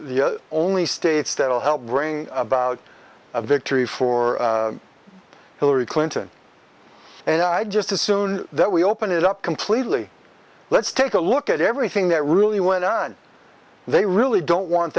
the only states that will help bring about a victory for hillary clinton and i just assume that we open it up completely let's take a look at everything that really went on they really don't want